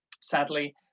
sadly